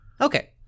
Okay